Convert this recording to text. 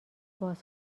باز